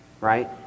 right